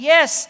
Yes